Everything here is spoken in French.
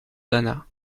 dana